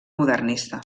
modernista